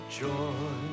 joy